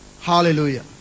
Hallelujah